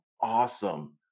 awesome